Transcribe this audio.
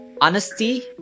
Honesty